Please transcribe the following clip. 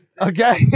okay